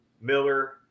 Miller